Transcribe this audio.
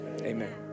amen